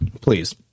please